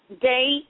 date